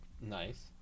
Nice